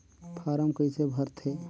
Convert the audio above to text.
Form कइसे भरते?